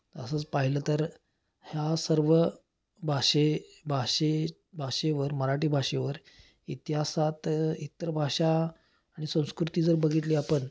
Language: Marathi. असंच पाहिलं तर ह्या सर्व भाषे भाषे भाषेवर मराठी भाषेवर इतिहासात इतर भाषा आणि संस्कृती जर बघितली आपण